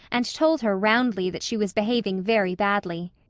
and told her roundly that she was behaving very badly.